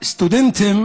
לסטודנטים